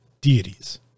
deities